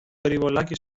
περιβολάκι